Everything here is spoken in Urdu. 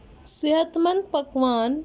صحت مند پکوان